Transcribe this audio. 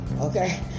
okay